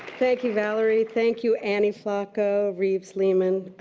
thank you, valerie. thank you, annie flocco, reeves lehmann.